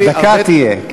דקה תהיה.